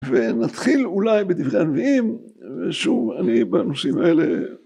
ונתחיל אולי בדברי הנביאים, ושוב אני בנושאים האלה